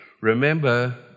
Remember